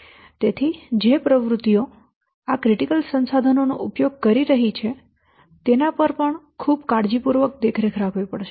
તેથી જે પ્રવૃત્તિઓ આ નિર્ણાયક સંસાધનો નો ઉપયોગ કરી રહી છે તેના પર પણ ખૂબ કાળજીપૂર્વક દેખરેખ રાખવી પડશે